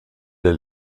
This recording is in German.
der